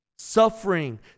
suffering